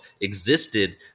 existed